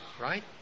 Right